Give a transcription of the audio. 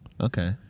Okay